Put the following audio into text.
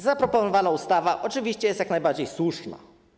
Zaproponowana ustawa oczywiście jest jak najbardziej słuszna.